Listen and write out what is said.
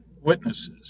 witnesses